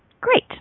Great